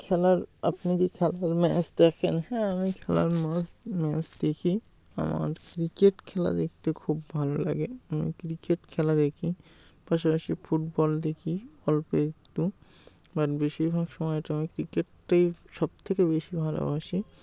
খেলার আপনি কি খেলার ম্যাচ দেখেন হ্যাঁ আমি খেলার ম্যাচ দেখি আমার ক্রিকেট খেলা দেখতে খুব ভালো লাগে আমি ক্রিকেট খেলা দেখি পাশাপাশি ফুটবল দেখি অল্প একটু বাট বেশিরভাগ সময়টা আমি ক্রিকেটটাই সবথেকে বেশি ভালোবাসি